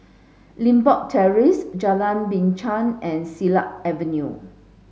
Limbok Terrace Jalan Binchang and Silat Avenue